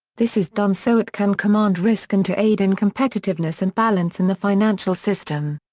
this is done so it can command risk and to aid in competitiveness and balance in the financial system.